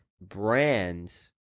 brands